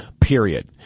period